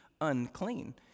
unclean